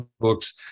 books